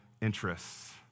interests